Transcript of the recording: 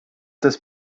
das